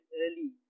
early